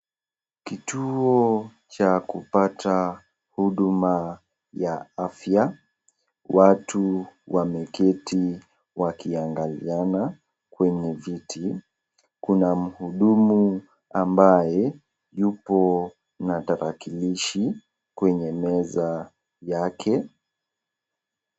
Kitu cha kupata huduma ya afya. Watu wameketi wakiangaliana kwenye viti. Kuna muhudumu ambaye yupo na tarakilishi kwenye meza yake.